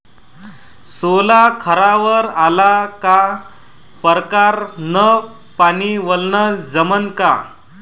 सोला खारावर आला का परकारं न पानी वलनं जमन का?